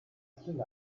kindern